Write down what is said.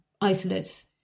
isolates